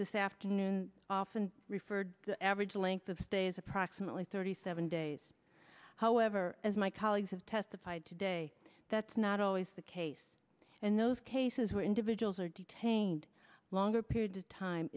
this afternoon often referred the average length of stay is approximately thirty seven days however as my colleagues have testified today that's not always the case in those cases where individuals are detained longer periods of time